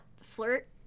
flirt